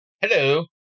Hello